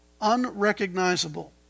unrecognizable